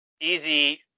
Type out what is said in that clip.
easy